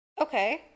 Okay